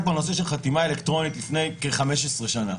בנושא של חתימה אלקטרונית לפני כ-15 שנה,